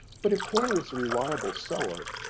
but if hoyle was a reliable seller,